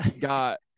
got